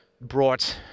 brought